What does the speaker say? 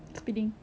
spinning